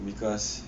because